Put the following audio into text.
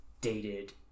dated